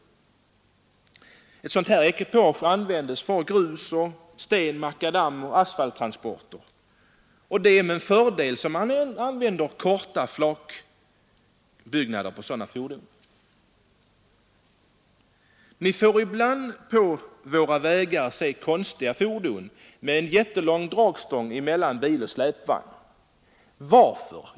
Detta ekipage används för grus, sten-, makadamoch asfalttransporter. Och det är med fördel som man använder fordon med korta flakbyggnader. Vi får ibland på våra vägar se konstiga fordon med en jättelång dragstång mellan bil och släpvagn. Varför?